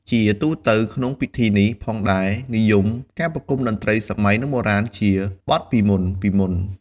ជាទូទៅក្នុងពិធីនេះផងដែរនិយមការប្រគុំតន្ត្រីសម័យនិងបុរាណជាបទពីមុនៗ។